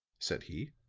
said he.